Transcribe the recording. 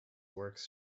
works